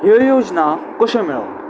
ह्यो योजना कश्यो मेळप